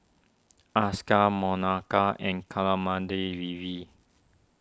Akshay Manohar and Kamaladevi